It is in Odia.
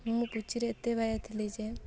ମୁଁ ପୁଚିରେ ଏତେ ବାୟା ଥିଲି ଯେ